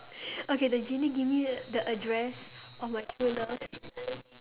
okay the genie give me the the address of my true love